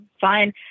fine